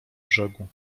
brzegu